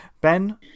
Ben